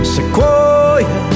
Sequoia